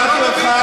שמעתי אותך.